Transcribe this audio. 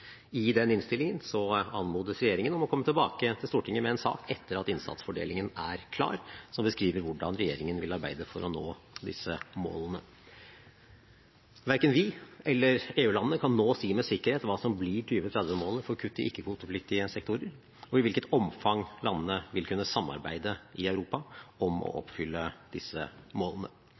innstillingen til den meldingen anmodes regjeringen om å komme tilbake til Stortinget med en sak etter at innsatsfordelingen er klar, som beskriver hvordan regjeringen vil arbeide for å nå disse målene. Verken vi eller EU-landene kan nå si med sikkerhet hva som blir 2030-målet for kutt i ikke-kvotepliktige sektorer, og i hvilket omfang landene vil kunne samarbeide i Europa om å oppfylle disse målene.